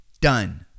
Done